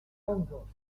hongos